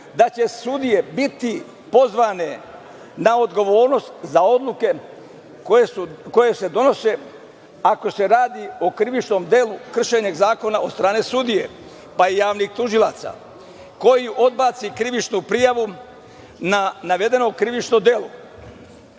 da će sudije biti pozvane na odgovornost za odluke koje se donose ako se radi o krivičnom delu kršenja zakona od strane sudije, pa i javnih tužilaca, koji odbaci krivičnu prijavu na navedenom krivičnom delu,